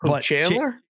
Chandler